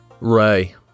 Ray